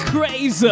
Crazy